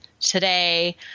today